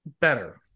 Better